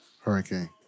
hurricane